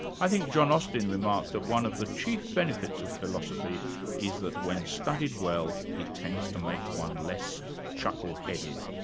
i think john austin remarked that one of the chief benefits of philosophy is that when studied well, it tends to make one less chuckle-headed.